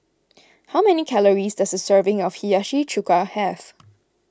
how many calories does a serving of Hiyashi Chuka have